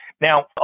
Now